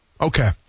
Okay